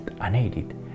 unaided